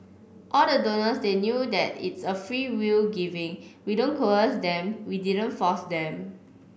all the donors they knew that it's a freewill giving we don't coerce them we didn't force them